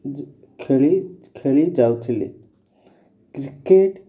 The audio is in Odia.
ଖେଳି ଖେଳି ଯାଉଥିଲି କ୍ରିକେଟ୍